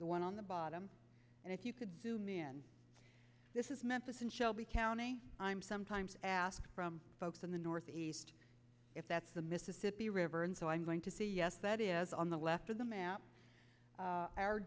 the one on the bottom and if you could two min this is memphis and shelby county i'm sometimes asked from folks in the northeast if that's the mississippi river and so i'm going to say yes that is on the left of the map